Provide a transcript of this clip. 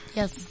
Yes